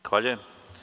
Zahvaljujem.